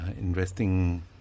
investing